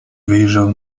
wyjrzał